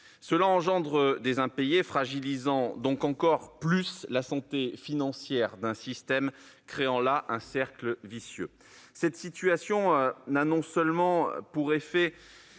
Cela suscite des impayés, qui fragilisent encore plus la santé financière du système, créant ainsi un cercle vicieux. Cette situation n'a pas seulement pour effet